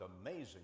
amazing